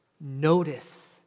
Notice